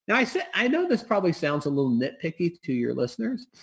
and i so i know this probably sounds a little nitpicky to your listeners,